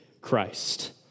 Christ